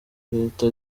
reta